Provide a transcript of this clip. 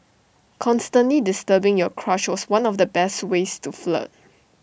constantly disturbing your crush was one of the best ways to flirt